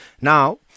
Now